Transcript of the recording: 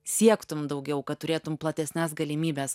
siektum daugiau kad turėtum platesnes galimybes